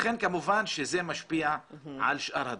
לכן כמובן שזה משפיע על שאר הדברים.